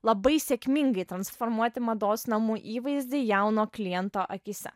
labai sėkmingai transformuoti mados namų įvaizdį jauno kliento akyse